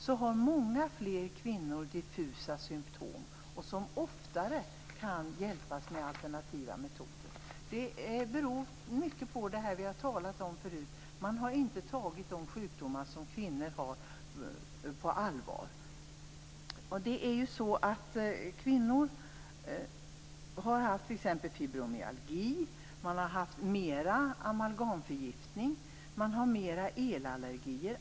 Det är långt fler kvinnor som har diffusa symtom, och numera kan de oftare hjälpas med alternativa metoder. Som vi tidigare talat om har man inte tagit kvinnors sjukdomar på allvar. Det kan gälla fibromyalgi. Kvinnor har också i större utsträckning drabbats av amalgamförgiftning och har oftare elallergi.